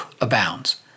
abounds